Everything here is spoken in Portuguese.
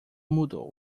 mudou